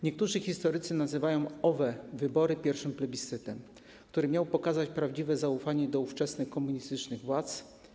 Niektórzy historycy nazywają owe wybory pierwszym plebiscytem, który miał pokazać prawdziwe zaufanie do ówczesnych komunistycznych władz.